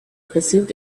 perceived